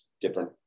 different